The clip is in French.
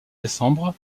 décembre